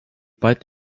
pat